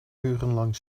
urenlang